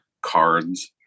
cards